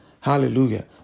Hallelujah